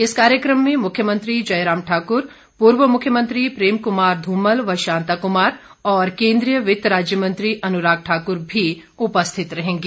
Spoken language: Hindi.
इस कार्यक्रम में मुख्यमंत्री जयराम ठाकुर पूर्व मुख्यमंत्री प्रेम कुमार धूमल व शांता कुमार और केन्द्रीय वित्त राज्य मंत्री अनुराग ठाकुर भी उपस्थित रहेंगे